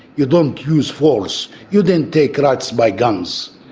you don't use force you didn't take rights by guns.